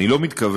אני לא מתכוון,